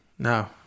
No